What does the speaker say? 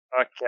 Okay